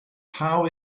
how